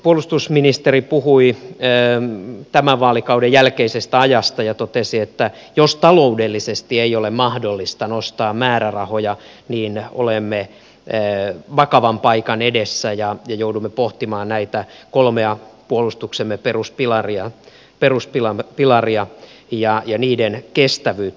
puolustusministeri puhui tämän vaalikauden jälkeisestä ajasta ja totesi että jos taloudellisesti ei ole mahdollista nostaa määrärahoja niin olemme vakavan paikan edessä ja joudumme pohtimaan näitä kolmea puolustuksemme peruspilaria ja niiden kestävyyttä